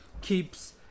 keeps